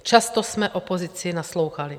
Často jsme opozici naslouchali.